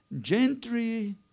Gentry